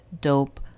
dope